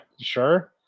sure